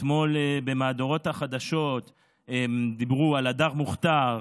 אתמול במהדורות החדשות דיברו על הדר מוכתר,